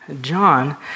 John